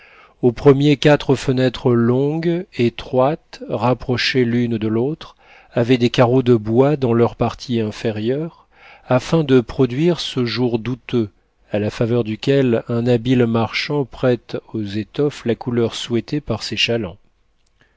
au premier quatre fenêtres longues étroites rapprochées l'une de l'autre avaient des carreaux de bois dans leur partie inférieure afin de produire ce jour douteux à la faveur duquel un habile marchand prête aux étoffes la couleur souhaitée par ses chalands